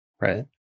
Right